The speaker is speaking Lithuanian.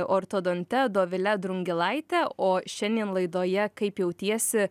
ortodonte dovile drungilaite o šiandien laidoje kaip jautiesi